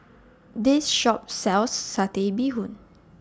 This Shop sells Satay Bee Hoon